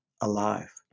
alive